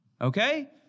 Okay